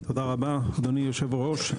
תודה רבה, אדוני היושב-ראש.